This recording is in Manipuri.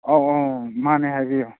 ꯑꯧ ꯃꯥꯟꯅꯦ ꯍꯥꯏꯕꯤꯌꯣ